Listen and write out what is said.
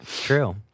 True